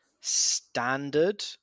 standard